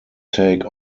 take